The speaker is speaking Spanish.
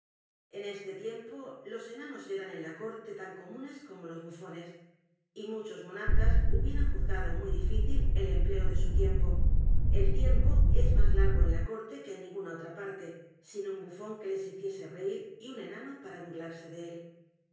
en este tiempo los enanos eran en la corte tan comunes como los bufones y muchos monarcas hubieran juzgado m u y difícil el empleo de su tiempo el tiempo es más largo en la corte que en ninguna otra parte sin un bufón que les hiciese reir y un enano para burlarse de él